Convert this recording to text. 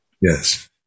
Yes